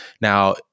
Now